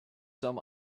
some